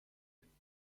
belegt